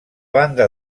banda